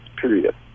period